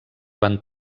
van